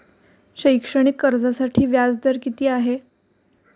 शैक्षणिक कर्जासाठी व्याज दर किती आहे?